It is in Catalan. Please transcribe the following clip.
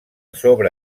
sobre